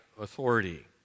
authority